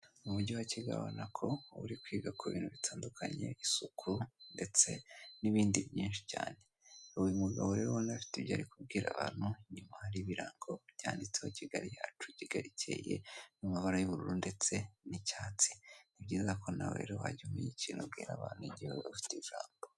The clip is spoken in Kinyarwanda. Mu mujyi wa kigali urabona ko uba uri kwiga ku bintu bitandukanye isuku ndetse n'ibindi byiunshi cyane . Uyu mugabo rero urabona afite ibyo ari kubwira abantu , inyuma hari ibirango byanditseho Kigali yacu Kigali ikeye mu mabara y'ubururu ndetse n'icyatsi . Ni byiza rero ko nawe wjya umenya ikintu ubwira abantu mu gihe ufite ijambo.